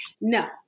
no